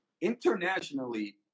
internationally